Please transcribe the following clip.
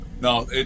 No